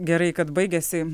gerai kad baigėsi